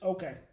Okay